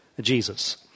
Jesus